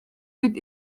үед